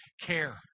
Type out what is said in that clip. care